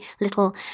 little